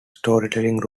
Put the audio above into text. storytelling